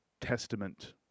Testament